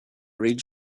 read